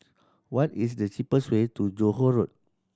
what is the cheapest way to Johore Road